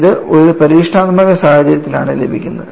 ഇത് ഒരു പരീക്ഷണാത്മക സാഹചര്യത്തിലാണ് ലഭിക്കുന്നത്